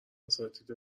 اساتید